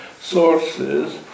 sources